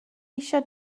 eisiau